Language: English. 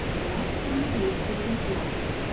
and out come the hayseed and flies,